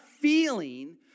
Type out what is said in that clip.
feeling